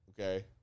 okay